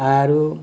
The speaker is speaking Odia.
ଆରୁ